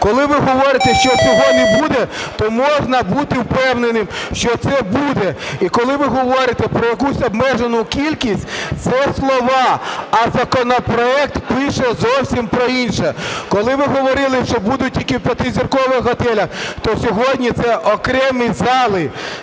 Коли ви говорите, що цього не буде, то можна бути впевненим, що це буде. І коли ви говорите про якусь обмежену кількість, це слова, а законопроект пише зовсім про інше. Коли ви говорили, що будуть тільки у п'ятизіркових готелях, то сьогодні це окремі зали,